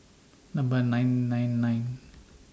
Number nine nine nine